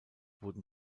wurden